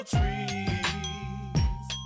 Trees